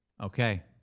okay